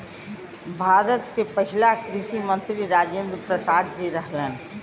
भारत के पहिला कृषि मंत्री राजेंद्र प्रसाद जी रहने